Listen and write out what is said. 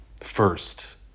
first